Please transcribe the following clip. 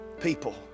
people